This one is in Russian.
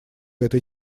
этой